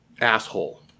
asshole